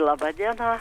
laba diena